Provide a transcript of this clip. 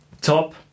top